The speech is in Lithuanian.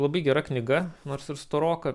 labai gera knyga nors ir storoka